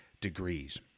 degrees